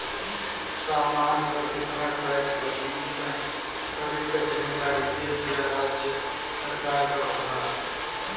सामान पर केतना टैक्स लगी इ तय करे क जिम्मेदारी देश या राज्य सरकार क होला